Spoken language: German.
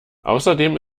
außerdem